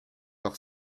par